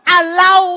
allow